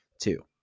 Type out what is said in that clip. two